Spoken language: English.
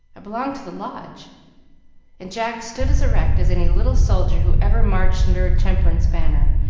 i belong to the lodge and jack stood as erect as any little soldier who ever marched under a temperance banner,